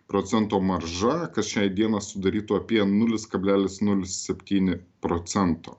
procento marža kas šiai dieną sudarytų apie nulis kablelis nulis septyni procento